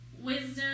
wisdom